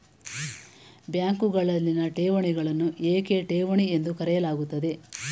ಬ್ಯಾಂಕುಗಳಲ್ಲಿನ ಠೇವಣಿಗಳನ್ನು ಏಕೆ ಠೇವಣಿ ಎಂದು ಕರೆಯಲಾಗುತ್ತದೆ?